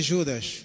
Judas